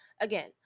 Again